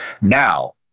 Now